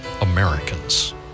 Americans